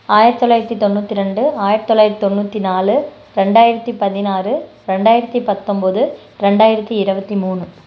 ஆயிரத் தொளாயிரத்து தொண்ணூற்றி ரெண்டு ஆயிரத் தொளாயித்து தொண்ணூற்றி நாலு ரெண்டாயிரத்து பதினாறு ரெண்டாயிரத்து பத்தொம்பது ரெண்டாயிரத்து இருவத்தி மூணு